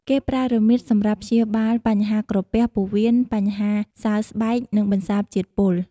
គេប្រើរមៀតសម្រាប់ព្យាបាលបញ្ហាក្រពះ ពោះវៀន បញ្ហាសើស្បែក និងបន្សាបជាតិពុល។